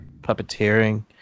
puppeteering